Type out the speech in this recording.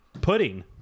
pudding